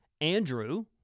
Andrew